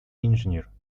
engineer